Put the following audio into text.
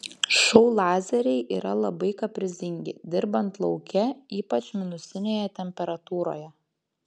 šou lazeriai yra labai kaprizingi dirbant lauke ypač minusinėje temperatūroje